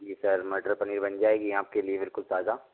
जी sir matar paneer बन जाएंगी आपके लिए बिलकुल ताज़ा